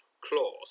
claws